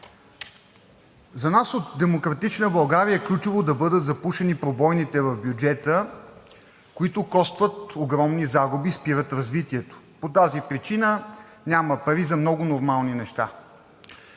За нас от „Демократична България“ е ключово да бъдат запушени пробойните в бюджета, които костват огромни загуби и спират развитието, и по тази причина няма пари за много нормални неща.